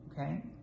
Okay